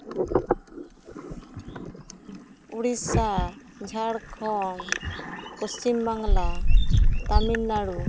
Odisha Jharkhand Paschim Bangla Tamil Nadu